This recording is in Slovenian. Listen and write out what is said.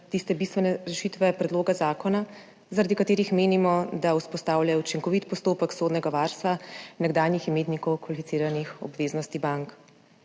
tiste bistvene rešitve predloga zakona, zaradi katerih menimo, da vzpostavlja učinkovit postopek sodnega varstva nekdanjih imetnikov kvalificiranih obveznosti bank.